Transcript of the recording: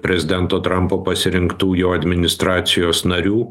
prezidento trampo pasirinktų jo administracijos narių